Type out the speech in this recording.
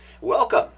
Welcome